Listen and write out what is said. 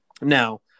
Now